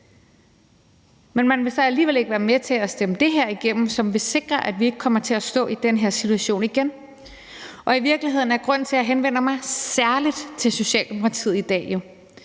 men at man så alligevel ikke være med til at stemme det her igennem, som vil sikre, at vi ikke kommer til at stå i den her situation igen. I virkeligheden er grunden til, at jeg særlig henvender mig til Socialdemokratiet i dag,